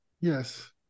yes